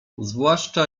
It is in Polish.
zwłaszcza